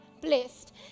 blessed